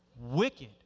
wicked